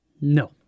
No